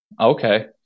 Okay